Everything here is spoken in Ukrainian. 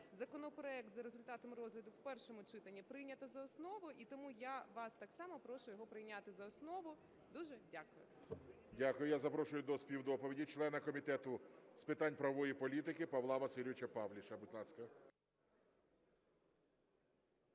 законопроект за результатами розгляду в першому читанні прийнято за основу, і тому я вас так само прошу його прийняти за основу. Дуже дякую. ГОЛОВУЮЧИЙ. Дякую. Я запрошую до співдоповіді члена Комітету з питань правової політики Павла Васильовича Павліша. Будь ласка.